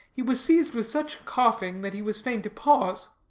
he was seized with such coughing that he was fain to pause.